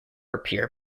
appear